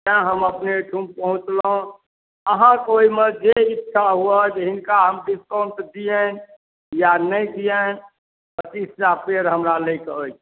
ताहि हम अपने अहिठुम पहुँचलहुँ अहाँक ओहिमे जे इच्छा हुअ जे हिनका हम डिस्काउण्ट दिअनि या नहि दिअनि पचीसटा पेड़ हमरा लय कऽ अछि